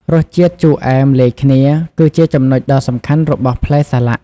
រសជាតិជូរអែមលាយគ្នា គឺជាចំណុចដ៏សំខាន់របស់ផ្លែសាឡាក់។